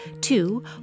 Two